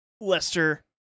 lester